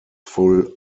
full